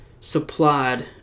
supplied